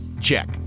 check